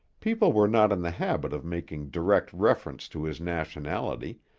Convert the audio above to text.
people were not in the habit of making direct reference to his nationality,